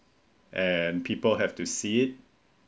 and people have to see it